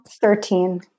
Thirteen